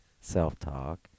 self-talk